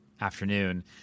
afternoon